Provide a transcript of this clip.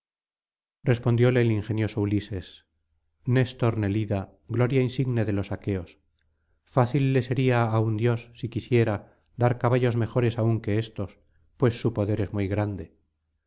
respondióle el ingenioso ulises néstor nelida gloria insigne de los aqueos fácil le sería á un dios si quisiera dar caballos mejores aún que éstos pues su poder es muy grande